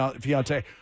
fiance